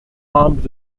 armed